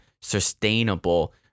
sustainable